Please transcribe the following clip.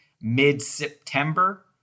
mid-September